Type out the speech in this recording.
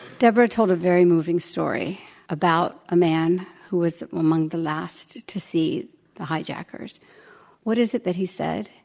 debra told a very moving story about a man who was among the last to see the hijackers. one what is it that he said?